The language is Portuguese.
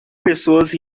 pessoas